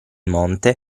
monte